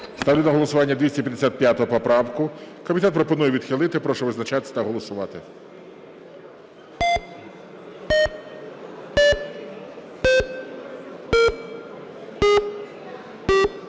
Ставлю на голосування 255 поправку. Комітет пропонує відхилити. Прошу визначатися та голосувати.